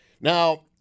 Now